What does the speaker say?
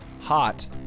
hot